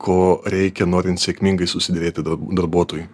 ko reikia norint sėkmingai susiderėti darbuotojui